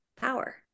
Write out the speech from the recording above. power